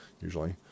usually